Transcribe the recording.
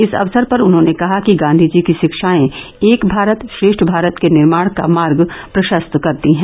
इस अवसर पर उन्होंने कहा कि गांधी जी की शिक्षायें एक भारत श्रेष्ठ भारत के निर्माण का मार्ग प्रशस्त करती हैं